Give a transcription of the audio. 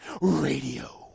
Radio